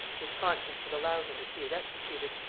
his conscience would allow him to see it executed?